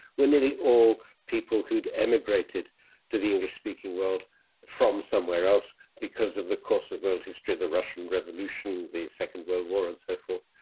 were nearly all people who'd emigrated to the english speaking world from somewhere else because of the course of world history. the russian revolution, the second world war and so forth.